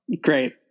Great